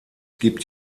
gibt